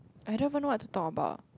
I don't even know what to talk about